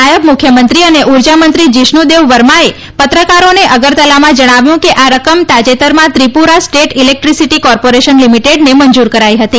નાયબ મુખ્યમંત્રી અને ઉર્જા મંત્રી જીશ્વુદેવ વર્માએ પત્રકારોને અગરતલામાં જણાવ્યું કે આ રકમ તાજેતરમાં ત્રિપુરા સ્ટેટ ઈલેક્ટ્રીસિટી કોર્પોરેશન લિમિટેડને મંજૂર કરાઈ હતી